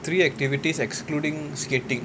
three activities excluding skating